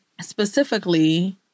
specifically